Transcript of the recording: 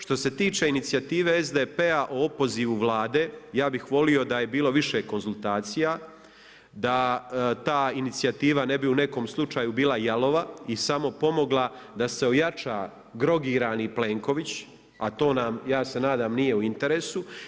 Što se tiče inicijative SDP-a o opozivu Vlade, ja bih volio da je bilo više konzultacija, da ta inicijativa ne bi u nekom slučaju bila jalova i samopomogla da se ojača drogirani Plenković a to nam ja se nadam nije u interesu.